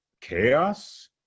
chaos